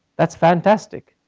that's fantastic.